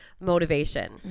motivation